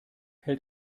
hält